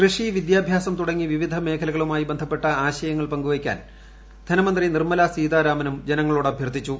കൃഷി വിദ്യാഭ്യാസം തുടങ്ങി വിവിധ മേഖലകളുമായി ബന്ധപ്പെട്ട ആശയങ്ങൾ പങ്കുവയ്ക്കാൻ ധനമന്ത്രി നിർമല സീതാരാമനും ജനങ്ങളോട് അഭ്യർത്ഥിച്ചു